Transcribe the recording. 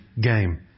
game